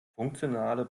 funktionale